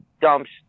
dumps